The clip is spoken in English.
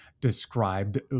described